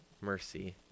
mercy